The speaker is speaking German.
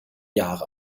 jahre